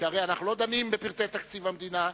שהרי אנחנו לא דנים בפרטי תקציב המדינה,